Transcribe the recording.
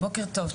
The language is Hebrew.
בוקר טוב,